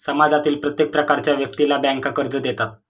समाजातील प्रत्येक प्रकारच्या व्यक्तीला बँका कर्ज देतात